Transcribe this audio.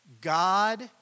God